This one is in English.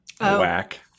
whack